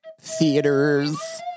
theaters